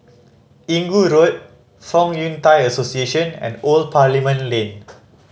Inggu Road Fong Yun Thai Association and Old Parliament Lane